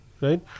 Right